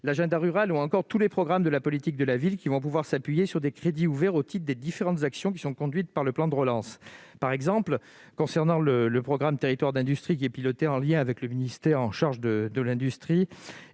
l'agenda rural, ou encore à tous les programmes de la politique de la ville, qui pourront s'appuyer sur des crédits ouverts au type des différentes actions qui sont conduites par le plan de relance. Ainsi, pour ce qui concerne le programme Territoires d'industrie, piloté en lien avec le ministère chargé de l'industrie